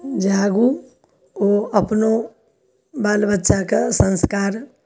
जे आगू ओ अपनो बाल बच्चाके संस्कार